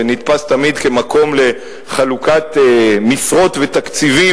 שנתפס תמיד כמקום לחלוקת משרות ותקציבים